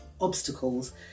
obstacles